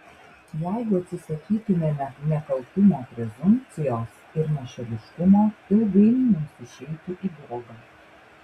jeigu atsisakytumėme nekaltumo prezumpcijos ir nešališkumo ilgainiui mums išeitų į bloga